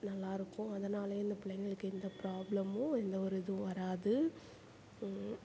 நல்லாயிருக்கும் அதனாலேயே இந்த பிள்ளைங்களுக்கு எந்த ப்ராப்ளமும் எந்தவொரு இதுவும் வராது